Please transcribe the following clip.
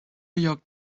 york